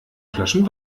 flaschen